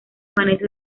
vanessa